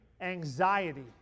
anxiety